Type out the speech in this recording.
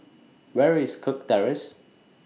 Where IS Kirk Terrace